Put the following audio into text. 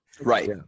Right